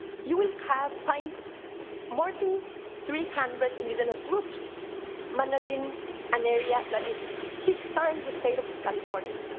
you will have find more than three hundred indigenous groups managing an area that is six times the state of california.